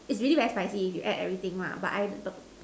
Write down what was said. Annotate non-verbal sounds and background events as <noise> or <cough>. is really very spicy if you add everything lah but I <noise>